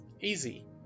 Easy